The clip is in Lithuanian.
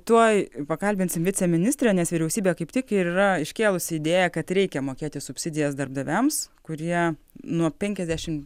tuoj pakalbinsim viceministrę nes vyriausybė kaip tik ir yra iškėlusi idėją kad reikia mokėti subsidijas darbdaviams kurie nuo penkiasdešim